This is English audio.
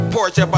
Porsche